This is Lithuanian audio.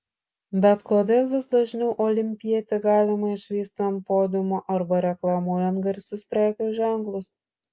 bet kodėl vis dažniau olimpietį galima išvysti ant podiumo arba reklamuojant garsius prekių ženklus